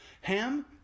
Ham